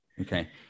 Okay